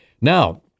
Now